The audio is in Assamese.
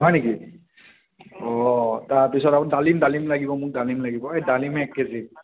হয় নেকি ও তাৰপিছত আকৌ ডালিম ডালিম লাগিব মোক ডালিম লাগিব এই ডালিম এক কেজি